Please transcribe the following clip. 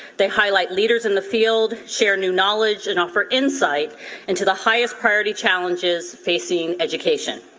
they highlight leaders in the field, share new knowledge, and offer insight into the highest priority challenges facing education.